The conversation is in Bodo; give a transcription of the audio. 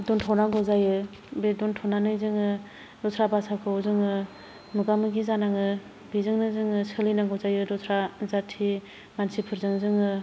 दोनथ' नांगौ जायो बे दोनथ'नानै जोंङो दसरा बासाखौ जोंङो मोगा मोगि जानांङो बेजोंनो जोंङो सोलिनांगौ जायो दस्रा जाति मानसिफोरजों जोंङो